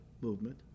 movement